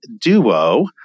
duo